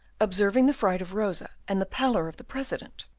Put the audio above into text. observing the fright of rosa and the pallor of the president,